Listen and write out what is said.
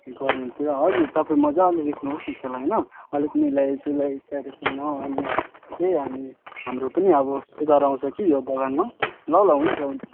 यो गभर्मेन्टतिर हजुर तपाईँ मजाले लेख्नुहोस् न त्यसलाई होइन अलिक मिलाईजुलाई त्यहाँदेखि म अनि के हामी हाम्रो पनि अब सुधार आउँछ कि यो बगानमा ल ल हुन्छ हुन्छ